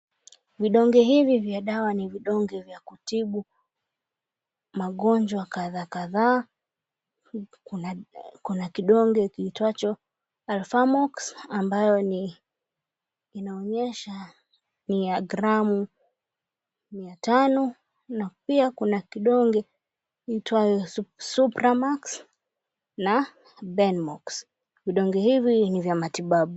Vidonge hivi vya dawa ni vidonge vya kutibu magonjwa kadha kadhaa. Kuna kidonge kiitwacho alphamox ambayo ni inaonyesha ni ya gramu mia tano na pia kuna kidonge kiitwacho, Supramax na Benmox. Vidonge hivi ni vya matibabu.